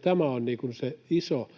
Tämä on se iso